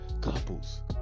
couples